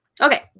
Okay